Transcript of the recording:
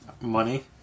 money